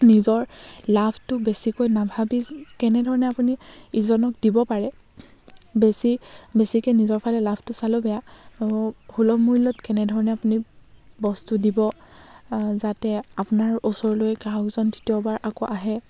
নিজৰ লাভটো বেছিকৈ নাভাবি কেনেধৰণে আপুনি ইজনক দিব পাৰে বেছি বেছিকৈ নিজৰ ফালে লাভটো চলেও বেয়া ও সুলভ মূল্যত কেনেধৰণে আপুনি বস্তু দিব যাতে আপোনাৰ ওচৰলৈ গ্ৰাহকজন তৃতীয়বাৰ আকৌ আহে